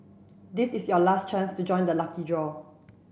this is your last chance to join the lucky draw